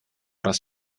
raz